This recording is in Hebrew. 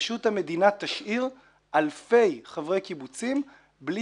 פשוט המדינה תשאיר אלפי חברי קיבוצים בלי